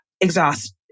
exhaust